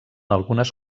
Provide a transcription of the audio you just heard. algunes